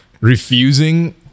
refusing